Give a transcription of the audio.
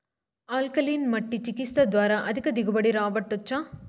alkaline మట్టి చికిత్స ద్వారా అధిక దిగుబడి రాబట్టొచ్చా